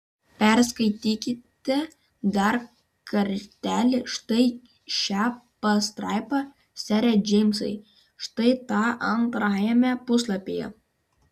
perskaitykite dar kartelį štai šią pastraipą sere džeimsai štai tą antrajame puslapyje